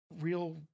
real